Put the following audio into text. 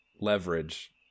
leverage